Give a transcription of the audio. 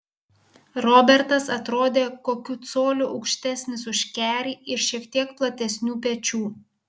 robertas atrodė kokiu coliu aukštesnis už kerį ir šiek tiek platesnių pečių